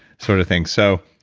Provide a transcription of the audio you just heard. sort of thing so,